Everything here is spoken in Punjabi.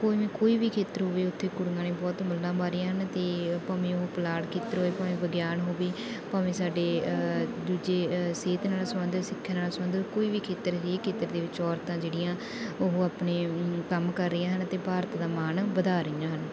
ਕੋਈ ਵੀ ਕੋਈ ਵੀ ਖੇਤਰ ਹੋਵੇ ਉੱਥੇ ਕੁੜੀਆਂ ਨੇ ਬਹੁਤ ਮੱਲਾਂ ਮਾਰੀਆਂ ਹਨ ਅਤੇ ਭਾਵੇਂ ਉਹ ਪੁਲਾੜ ਖੇਤਰ ਹੋਏ ਭਾਵੇਂ ਵਿਗਿਆਨ ਹੋਵੇ ਭਾਵੇਂ ਸਾਡੇ ਦੂਜੇ ਸਿਹਤ ਨਾਲ ਸੰਬੰਧਿਤ ਸਿੱਖਿਆ ਨਾਲ ਸੰਬੰਧਿਤ ਕੋਈ ਵੀ ਖੇਤਰ ਹਰੇਕ ਖੇਤਰ ਦੇ ਵਿੱਚ ਔਰਤਾਂ ਜਿਹੜੀਆਂ ਉਹ ਆਪਣੇ ਕੰਮ ਕਰ ਰਹੀਆਂ ਹਨ ਅਤੇ ਭਾਰਤ ਦਾ ਮਾਣ ਵਧਾ ਰਹੀਆਂ ਹਨ